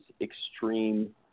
extreme